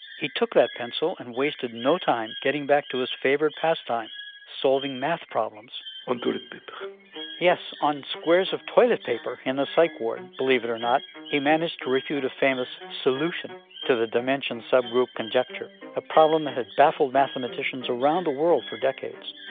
he took that pencil and wasted no time getting back to his favorite pastime solving math problems on toilet paper yes, on squares of toilet paper in the psych ward, believe it or not, he managed to refute a famous solution to the dimension subgroup conjecture a problem that had baffled mathematicians around the world for decades.